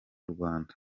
rwanda